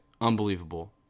unbelievable